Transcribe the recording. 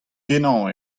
kenañ